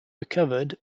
recovered